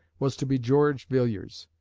was to be george villiers,